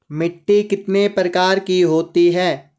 मिट्टी कितने प्रकार की होती है?